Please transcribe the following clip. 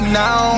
now